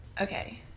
Okay